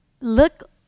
look